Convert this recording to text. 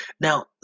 Now